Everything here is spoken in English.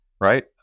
right